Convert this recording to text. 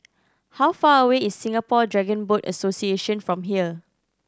how far away is Singapore Dragon Boat Association from here